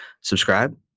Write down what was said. subscribe